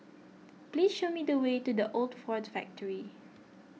please show me the way to the Old Ford Factor